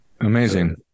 Amazing